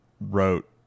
wrote